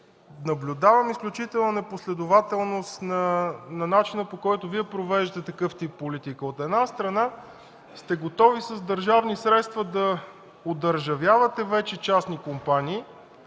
Наблюдавам обаче изключителна непоследователност на начина, по който Вие провеждате такъв тип политика. От една страна, сте готови с държавни средства да одържавявате вече частни компании,